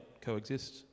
coexist